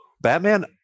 Batman